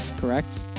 Correct